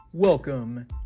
Welcome